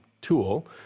tool